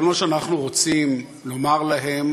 כל מה שאנחנו רוצים לומר להם